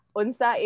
unsa